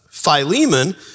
Philemon